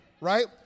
right